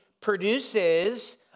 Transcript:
produces